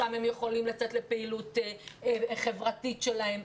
שם הם יכולים לצאת לפעילות חברתית שלהם.